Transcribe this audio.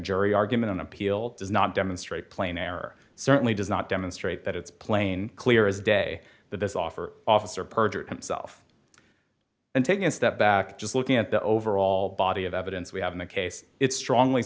jury argument on appeal does not demonstrate plain error certainly does not demonstrate that it's plain clear as day that this offer officer perjured himself and taking a step back just looking at the overall body of evidence we have in the case it strongly